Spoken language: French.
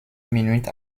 minutes